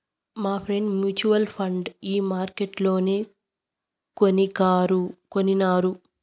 మాఫ్రెండ్ mutual fund ఈ మార్కెట్లనే కొనినారు